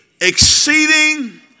exceeding